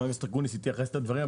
חבר הכנסת אקוניס התייחס לדברים,